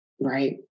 right